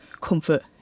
comfort